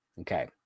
Okay